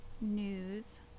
news